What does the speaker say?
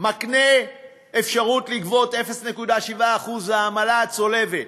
מקנה אפשרות לגבות 0.7% בעמלה צולבת.